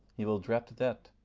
he will dread that,